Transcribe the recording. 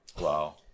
Wow